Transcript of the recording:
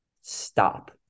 stop